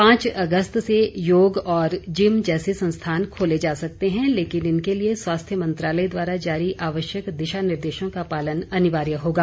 पांच अगस्त से योग और जिम जैसे संस्थान खोले जा सकते हैं लेकिन इनके लिए स्वास्थ्य मंत्रालय द्वारा जारी आवश्यक दिशा निर्देशों का पालन अनिवार्य होगा